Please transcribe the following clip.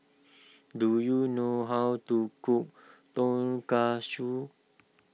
do you know how to cook Tonkatsu